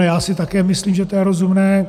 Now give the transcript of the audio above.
Já si také myslím, že to je rozumné.